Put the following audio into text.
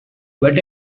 but